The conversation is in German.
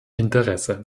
interesse